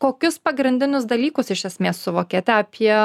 kokius pagrindinius dalykus iš esmės suvokėt apie